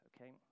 okay